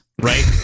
right